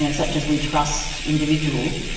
ah such as we trust individuals,